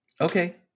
Okay